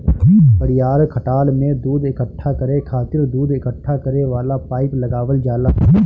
बड़ियार खटाल में दूध इकट्ठा करे खातिर दूध इकट्ठा करे वाला पाइप लगावल जाला